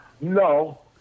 No